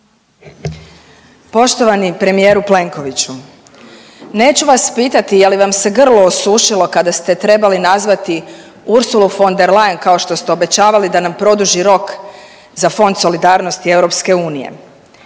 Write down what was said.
Poštovani premijeru Plenkoviću, neću vam pitati je li vam se grlo osušilo kada ste trebali nazvati Ursulu von der Leyen kao što ste obećavali da nam produži rok za Fond solidarnosti EU ili